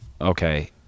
okay